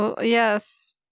Yes